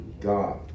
God